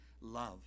love